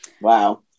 Wow